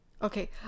Okay